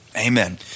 Amen